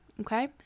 okay